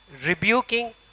rebuking